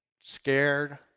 scared